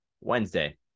Wednesday